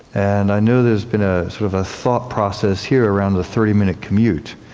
and i know there has been a sort of ah thought process here around the thirty minute commute.